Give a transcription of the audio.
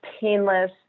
painless